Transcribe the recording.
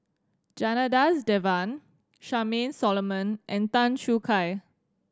Janadas Devan Charmaine Solomon and Tan Choo Kai